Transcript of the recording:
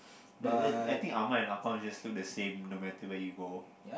I I I think ah-ma and ah-gong look the same no matter where you go